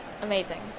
amazing